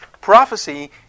Prophecy